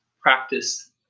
practice